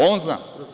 On zna.